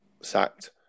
sacked